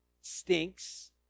stinks